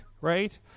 right